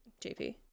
JP